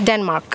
Denmark